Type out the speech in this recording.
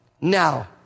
Now